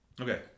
Okay